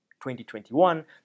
2021